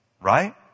right